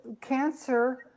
Cancer